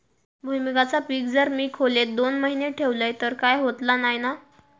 भुईमूगाचा पीक जर मी खोलेत दोन महिने ठेवलंय तर काय होतला नाय ना?